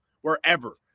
wherever